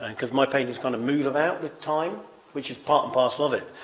and because my paintings kind of move about with time which is part and parcel of it.